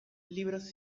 libros